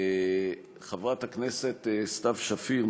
חברת הכנסת סתיו שפיר,